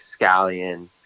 scallion